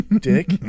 dick